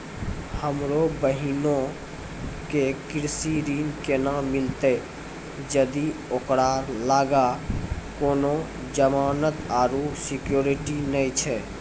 हमरो बहिनो के कृषि ऋण केना मिलतै जदि ओकरा लगां कोनो जमानत आरु सिक्योरिटी नै छै?